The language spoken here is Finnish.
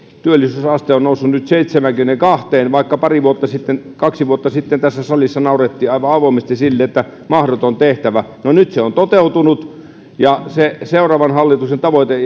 työllisyysaste on noussut nyt seitsemäänkymmeneenkahteen vaikka kaksi vuotta sitten tässä salissa naurettiin aivan avoimesti sille että mahdoton tehtävä no nyt se on toteutunut niin seuraavan hallituksen tavoite